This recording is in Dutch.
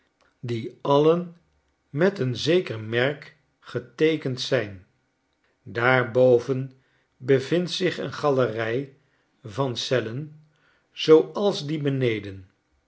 die alien met een zeker merk geteekend zijn daarboven bevindt zich een galerij van cellen zooals die beneden